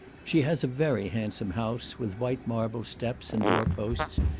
she has a very handsome house, with white marble steps and door-posts,